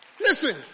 Listen